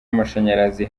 amashanyarazi